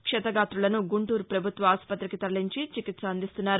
క్షతగాతులను గుంటూరు పభుత్వ ఆస్పత్రికి తరలించి చికిత్స అందిస్తున్నారు